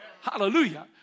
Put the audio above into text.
hallelujah